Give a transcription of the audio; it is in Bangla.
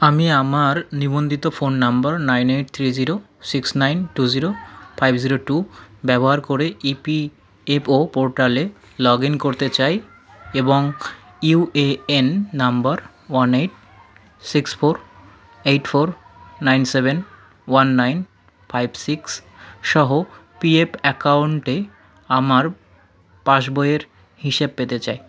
আমি আমার নিবন্ধিত phone number nine eight three zero six nine two zero five zero two ব্যবহার করে ইপিএফও পোর্টালে লগ ইন করতে চাই এবং UAN number one eight six four eight four nine seven one nine five six সহ পিএফ অ্যাকাউন্টে আমার পাসবইয়ের হিসেব পেতে চাই